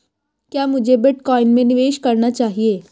क्या मुझे बिटकॉइन में निवेश करना चाहिए?